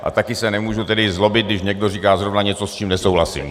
A taky se nemůžu tedy zlobit, když někdo říká něco, s čím nesouhlasím.